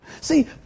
See